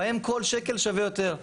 בהם כל שקל שווה יותר.